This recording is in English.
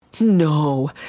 No